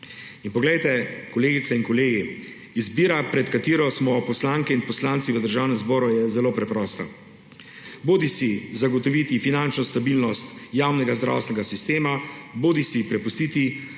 varovalke. Kolegice in kolegi, izbira, pred katero smo poslanke in poslanci v Državnem zboru, je zelo preprosta; bodisi zagotoviti finančno stabilnost javnega zdravstvenega sistema bodisi prepustiti,